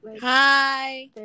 Hi